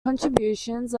contributions